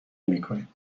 نمیکنیم